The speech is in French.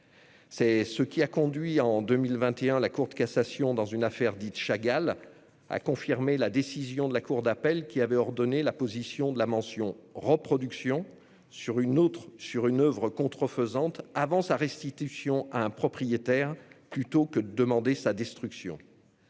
question qui a conduit en 2021 la Cour de cassation, dans une affaire dite Chagall, à confirmer la décision de la cour d'appel qui avait ordonné l'apposition de la mention « Reproduction » sur une oeuvre contrefaisante avant sa restitution à un propriétaire, plutôt que de demander sa destruction.